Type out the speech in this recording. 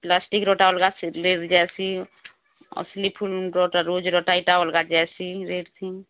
ପ୍ଲାଷ୍ଟିକ୍ରଟା ଅଲଗା ଅଛି ଅସଲି ଫୁଲ ରୋଜ୍ଟା ଏଇଟା ଅଲଗା ଆସି ରେଡ଼୍